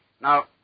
Now